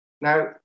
Now